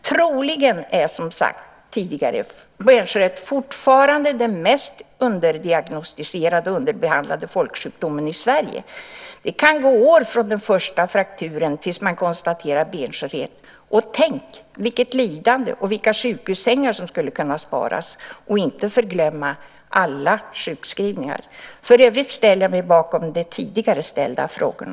Troligen är, som sagts tidigare, benskörhet fortfarande den mest underdiagnostiserade och underbehandlade folksjukdomen i Sverige. Det kan gå år från den första frakturen tills man konstaterar benskörhet. Tänk hur mycket lidande och hur många sjukhussängar som skulle kunna sparas, för att inte förglömma alla sjukskrivningar! För övrigt ställer jag mig bakom de tidigare ställda frågorna.